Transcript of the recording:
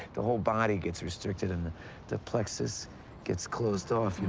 the whole body gets restricted, and the plexus gets closed off,